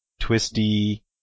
twisty